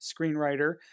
screenwriter